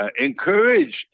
encouraged